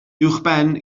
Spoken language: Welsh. uwchben